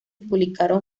publicaron